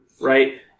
right